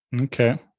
okay